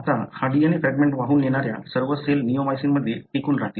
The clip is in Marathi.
आता हा DNA फ्रॅगमेंट वाहून नेणाऱ्या सर्व सेल निओमायसिनमध्ये टिकून राहतील